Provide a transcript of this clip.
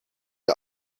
der